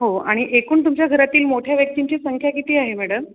हो आणि एकूण तुमच्या घरातील मोठ्या व्यक्तींची संख्या किती आहे मॅडम